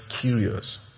curious